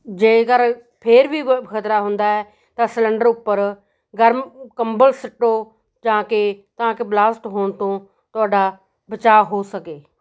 ਜੇਕਰ ਫਿਰ ਵੀ ਖਤਰਾ ਹੁੰਦਾ ਤਾਂ ਸਲੰਡਰ ਉੱਪਰ ਗਰਮ ਕੰਬਲ ਸੁੱਟੋ ਤਾਂ ਕਿ ਤਾਂ ਕਿ ਬਲਾਸਟ ਹੋਣ ਤੋਂ ਤੁਹਾਡਾ ਬਚਾਅ ਹੋ ਸਕੇ